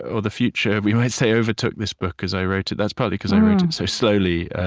or the future, we might say, overtook this book as i wrote it. that's partly because i wrote it so slowly.